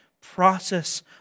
process